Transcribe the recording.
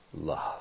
love